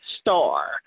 star